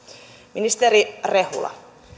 ministeri rehula